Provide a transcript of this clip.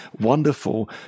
wonderful